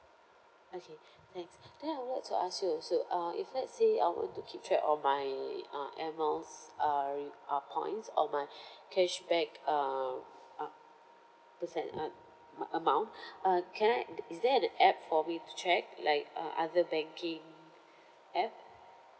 okay thanks then I would like to ask you also uh if let's say I want to keep track of my uh air miles uh re~ uh points or my cashback uh uh just that uh my amount uh can I is there an app for me to check like uh other banking app